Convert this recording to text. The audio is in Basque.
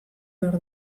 behar